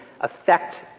affect